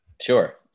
sure